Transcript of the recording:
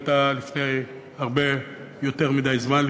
היא הייתה לפני הרבה יותר מדי זמן,